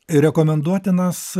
ir rekomenduotinas